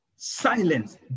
Silence